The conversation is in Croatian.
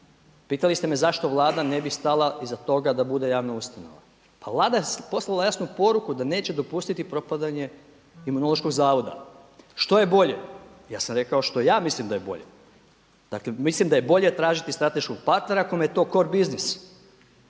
pitali ste me zašto Vlada ne bi stala iza toga da bude javna ustanova. Pa Vlada je poslala jasnu poruku da neće dopustiti propadanje Imunološkog zavoda. Što je bolje, ja sam rekao što ja mislim da je bolje. Dakle mislim da je bolje tražiti strateškog partnera kome je to cor bussnies,